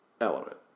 element